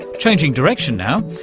changing direction now,